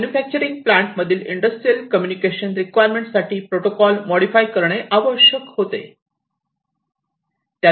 manufacturing plant मधील industrial communication requirement साठी protocol modify करणे आवश्यक होते